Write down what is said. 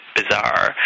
bizarre